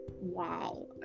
Wow